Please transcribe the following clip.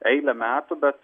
eilę metų bet